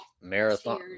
Marathon